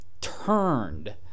turned